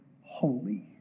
holy